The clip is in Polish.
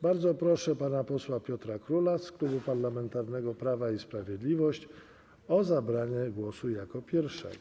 Bardzo proszę pana posła Piotra Króla z Klubu Parlamentarnego Prawo i Sprawiedliwość o zabranie głosu jako pierwszego.